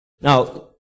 Now